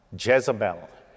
Jezebel